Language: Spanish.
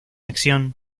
acción